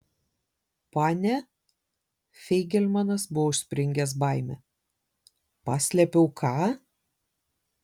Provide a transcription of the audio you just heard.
pane feigelmanas buvo užspringęs baime paslėpiau ką